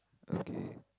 okay